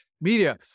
media